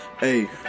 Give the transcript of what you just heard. Hey